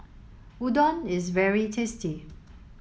Udon is very tasty